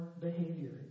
behavior